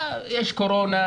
'יש קורונה,